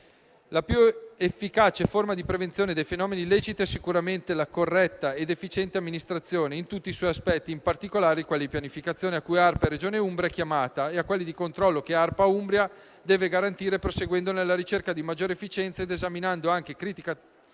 La più efficace forma di prevenzione dei fenomeni illeciti è sicuramente la corretta ed efficiente amministrazione, in tutti i suoi aspetti, e in particolare quelli di pianificazione, a cui la Regione Umbria è chiamata, e quelli di controllo, che ARPA Umbria deve garantire, proseguendo nella ricerca di maggiore efficienza ed esaminando anche criticamente la